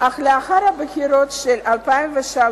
אך לאחר הבחירות ב-2003